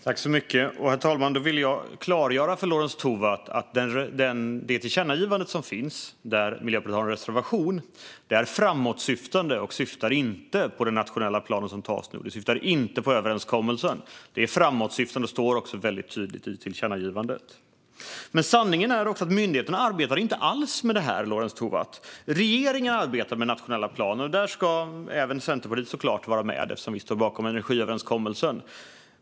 Herr talman! Jag vill klargöra för Lorentz Tovatt att det tillkännagivande som finns, där Miljöpartiet har en reservation, är framåtsyftande. Det syftar inte på den nationella plan som nu tas fram, och den syftar inte på överenskommelsen. Det framåtsyftandet framgår väldigt tydligt i tillkännagivandet. Sanningen är dock att myndigheterna inte alls arbetar med detta, Lorentz Tovatt. Regeringen arbetar med den nationella planen, och där ska såklart även Centerpartiet vara med eftersom vi står bakom energiöverenskommelsen.